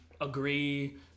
Agree